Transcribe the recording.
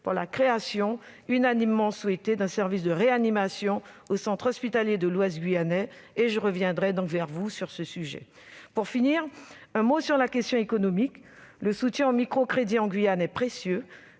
pour la création, unanimement souhaitée, d'un service de réanimation au centre hospitalier de l'Ouest guyanais. Je reviendrai vers vous sur ce sujet. Pour finir, je dirai un mot sur la question économique. Le soutien au microcrédit en Guyane est précieux.